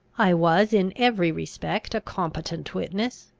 i was in every respect a competent witness.